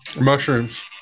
Mushrooms